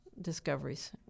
discoveries